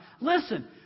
Listen